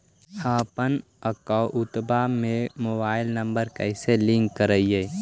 हमपन अकौउतवा से मोबाईल नंबर कैसे लिंक करैइय?